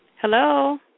Hello